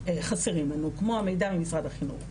שחסרים לנו כמו המידע ממשרד החינוך,